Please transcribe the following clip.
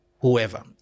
whoever